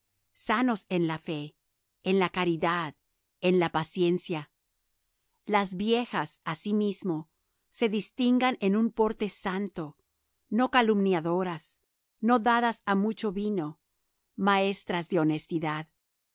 sanos en la fe en la caridad en la paciencia las viejas asimismo se distingan en un porte santo no calumniadoras no dadas á mucho vino maestras de honestidad